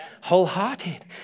Wholehearted